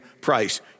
price